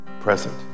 present